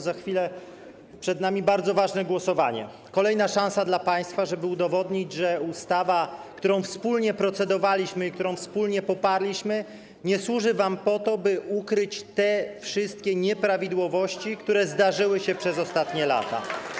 Za chwilę przed nami bardzo ważne głosowanie, kolejna szansa dla państwa, żeby udowodnić, że ustawa, nad którą wspólnie procedowaliśmy i którą wspólnie poparliśmy, nie służy wam do tego, by ukryć te wszystkie nieprawidłowości, które zdarzyły się przez ostatnie lata.